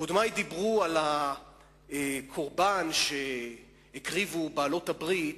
קודמי דיברו על הקורבן שהקריבו בעלות-הברית,